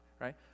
right